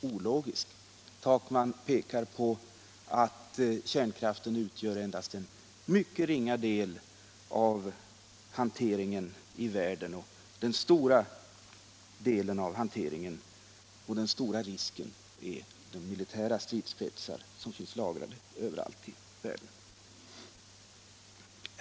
Herr Takman pekar på att kärnkraften utgör endast en mycket ringa del av den militära atomhanteringen i världen och att risken med avfallet härifrån är obetydlig vid sidan av alla de militära stridsspetsar som finns lagrade överallt i världen.